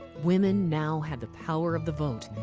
women now had the power of the vote.